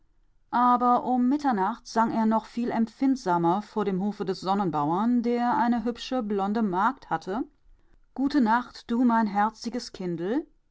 aber um mitternacht sang er noch viel empfindsamer vor dem hofe des sonnenbauern der eine hübsche blonde magd hatte gute nacht du mein herziges kindl